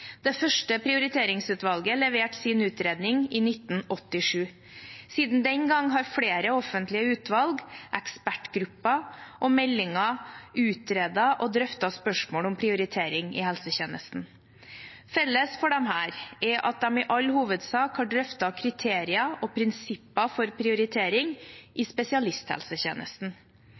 Det første prioriteringsutvalget leverte sin utredning i 1987. Siden den gang har flere offentlige utvalg, ekspertgrupper og meldinger utredet og drøftet spørsmål om prioritering i helsetjenesten. Felles for disse er at de i all hovedsak har drøftet kriterier og prinsipper for prioritering i spesialisthelsetjenesten.